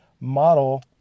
model